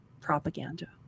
propaganda